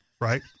right